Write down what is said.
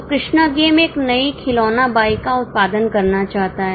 तो कृष्णा गेम एक नई खिलौना बाइक का उत्पादन करना चाहता है